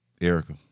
Erica